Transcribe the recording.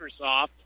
microsoft